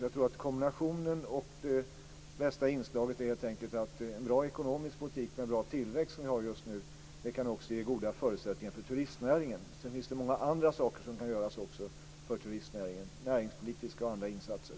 Jag tror att det bästa inslaget är en kombination av en bra ekonomisk politik och en bra tillväxt, som vi har just nu. Det kan också ge goda förutsättningar för turistnäringen. Det finns också många andra saker som kan göras för turistnäringen, som näringspolitiska och andra insatser.